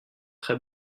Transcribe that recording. très